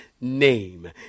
name